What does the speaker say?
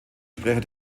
sprecher